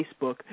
Facebook